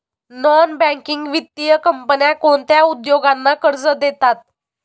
Non banking वित्तीय कंपन्या कोणत्या उद्योगांना कर्ज देतात?